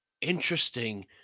interesting